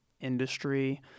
industry